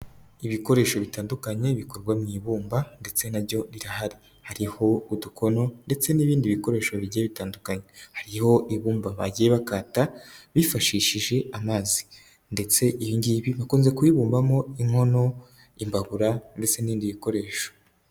Ibikoresho bitandukanye bikorwa mu ibumba ndetse na ryo rirahari, hariho udukono ndetse n'ibindi bikoresho bijya bitandukanye, hariho ibumba bagiye bakata bifashishije amazi ndetse iri ngiri bakunze kuribumbamo inkono, imbabura ndetse n'ibindi bikoresho.